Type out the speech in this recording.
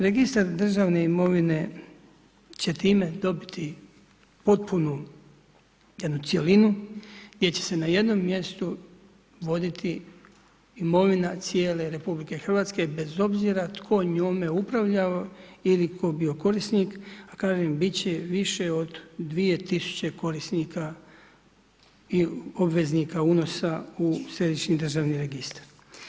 Registar državne imovine će time dobiti potpunu jednu cjelinu gdje će se na jednom mjestu voditi imovina cijele RH bez obzira tko njome upravlja ili tko je bio korisnik a kažem biti će više od 2000 korisnika i obveznika unosa u Središnji državni registar.